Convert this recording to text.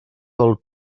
del